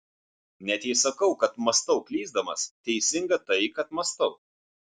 net jei sakau kad mąstau klysdamas teisinga tai kad mąstau